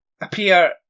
appear